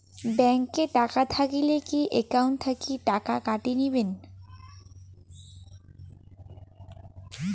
Bank এ টাকা থাকিলে কি একাউন্ট থাকি টাকা কাটি নিবেন?